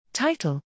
Title